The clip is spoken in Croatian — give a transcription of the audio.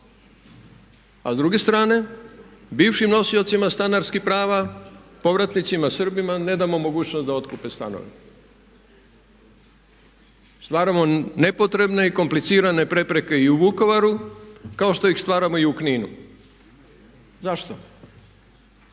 A s druge strane bivšim nosiocima stanarskih prava, povratnicima Srbima ne damo mogućnost da otkupe stanove. Stvaramo nepotrebne i komplicirane prepreke i u Vukovaru kao što ih stvaramo i u Kninu. Zašto?